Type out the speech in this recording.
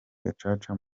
gacaca